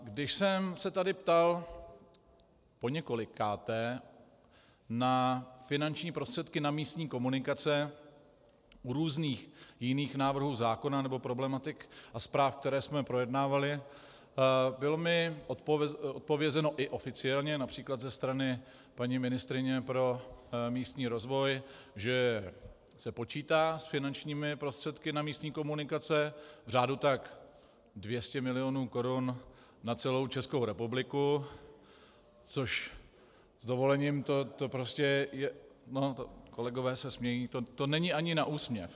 Když jsem se tady ptal poněkolikáté na finanční prostředky na místní komunikace u různých jiných návrhů zákona nebo problematik a zpráv, které jsme projednávali, bylo mi odpovězeno i oficiálně například ze strany paní ministryně pro místní rozvoj, že se počítá s finančními prostředky na místní komunikace v řádu tak 200 mil. korun na celou Českou republiku, což s dovolením, to prostě je kolegové se smějí, to není ani na úsměv.